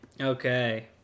okay